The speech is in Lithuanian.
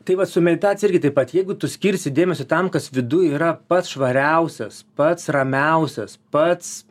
tai vat su meditacija irgi taip pat jeigu tu skirsi dėmesį tam kas viduj yra pats švariausias pats ramiausias pats